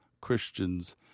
Christians